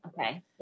okay